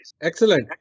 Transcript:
Excellent